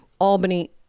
Albany